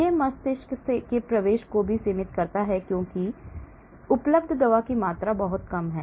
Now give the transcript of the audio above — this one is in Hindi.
यह मस्तिष्क के प्रवेश को भी सीमित करता है क्योंकि उपलब्ध दवा की मात्रा बहुत कम है